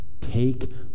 Take